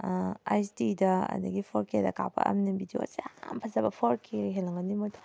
ꯑꯩꯁ ꯗꯤꯗ ꯑꯗꯒꯤ ꯐꯣꯔ ꯀꯦꯗ ꯀꯥꯄꯛꯑꯕꯅꯤꯅ ꯕꯤꯗꯤꯑꯣꯁꯦ ꯌꯥꯝ ꯐꯖꯕ ꯐꯣꯔ ꯀꯦ ꯍꯦꯜꯂꯝꯒꯅꯤ ꯃꯣꯏꯗꯣ